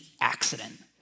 accident